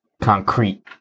concrete